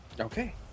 Okay